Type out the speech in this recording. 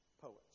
poets